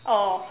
oh